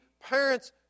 parents